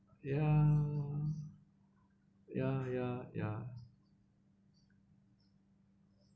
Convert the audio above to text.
ya ya ya ya